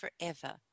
forever